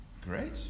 Great